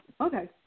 okay